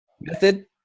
method